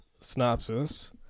synopsis